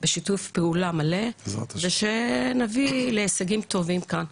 בשיתוף פעולה מלא, ושנביא להישגים טובים כאן.